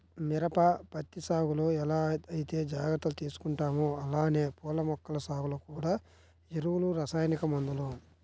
మిరప, పత్తి సాగులో ఎలా ఐతే జాగర్తలు తీసుకుంటామో అలానే పూల మొక్కల సాగులో గూడా ఎరువులు, రసాయనిక మందులు